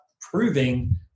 proving